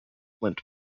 flint